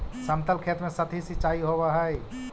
समतल खेत में सतही सिंचाई होवऽ हइ